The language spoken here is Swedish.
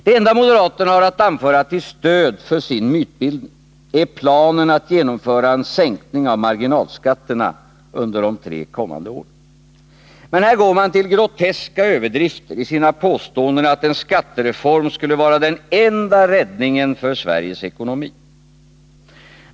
Det enda moderaterna har att anföra till stöd för sin mytbildning är planen att genomföra en sänkning av marginalskatterna under de tre kommande åren. Men här går man till groteska överdrifter i sina påståenden att en skattereform skulle vara den enda räddningen för Sveriges ekonomi.